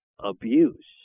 Abuse